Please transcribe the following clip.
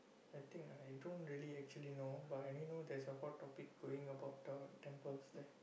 I think I don't really actually know but I only know there's a hot topic going about the temples there